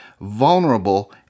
vulnerable